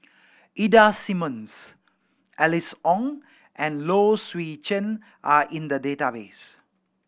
Ida Simmons Alice Ong and Low Swee Chen are in the database